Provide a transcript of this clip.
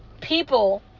People